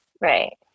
right